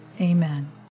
amen